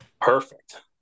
Perfect